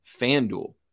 FanDuel